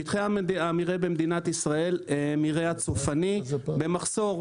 שטחי המרעה במדינת ישראל, מרעה הצופני במחסור.